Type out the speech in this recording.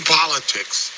politics